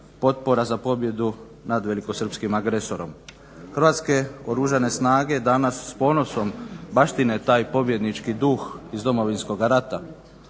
potpora za pobjedu nad velikosrpskim agresorom. Hrvatske oružane snage danas s ponosom baštine taj pobjednički duh iz Domovinskog rata.